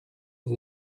des